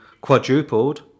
quadrupled